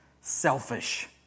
selfish